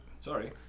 Sorry